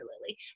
lily